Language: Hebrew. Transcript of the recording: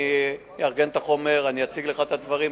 אני אארגן את החומר ואני אציג לך את הדברים,